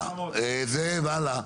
זאב, הלאה.